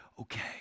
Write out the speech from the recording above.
okay